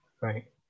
Right